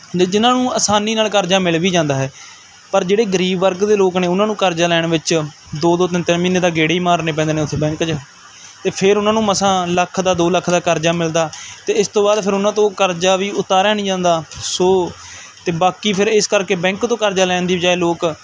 ਜਾਂ ਜਿਨ੍ਹਾਂ ਨੂੰ ਆਸਾਨੀ ਨਾਲ ਕਰਜ਼ਾ ਮਿਲ ਵੀ ਜਾਂਦਾ ਹੈ ਪਰ ਜਿਹੜੇ ਗਰੀਬ ਵਰਗ ਦੇ ਲੋਕ ਨੇ ਉਹਨਾਂ ਨੂੰ ਕਰਜ਼ਾ ਲੈਣ ਵਿੱਚ ਦੋ ਦੋ ਤਿੰਨ ਤਿੰਨ ਮਹੀਨੇ ਤਾਂ ਗੇੜੇ ਹੀ ਮਾਰਨੇ ਪੈਂਦੇ ਨੇ ਉਸ ਬੈਂਕ 'ਚ ਅਤੇ ਫਿਰ ਉਹਨਾਂ ਨੂੰ ਮਸਾਂ ਲੱਖ ਦਾ ਦੋ ਲੱਖ ਦਾ ਕਰਜ਼ਾ ਮਿਲਦਾ ਅਤੇ ਇਸ ਤੋਂ ਬਾਅਦ ਫਿਰ ਉਹਨਾਂ ਤੋਂ ਕਰਜ਼ਾ ਵੀ ਉਤਾਰਿਆ ਨਹੀਂ ਜਾਂਦਾ ਸੋ ਅਤੇ ਬਾਕੀ ਫਿਰ ਇਸ ਕਰਕੇ ਬੈਂਕ ਤੋਂ ਕਰਜ਼ਾ ਲੈਣ ਦੀ ਬਜਾਏ ਲੋਕ